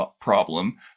problem